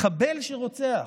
מחבל שרוצח,